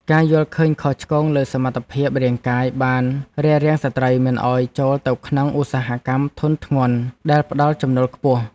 ការយល់ឃើញខុសឆ្គងលើសមត្ថភាពរាងកាយបានរារាំងស្ត្រីមិនឱ្យចូលទៅក្នុងឧស្សាហកម្មធុនធ្ងន់ដែលផ្តល់ចំណូលខ្ពស់។